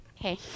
Okay